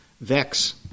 vex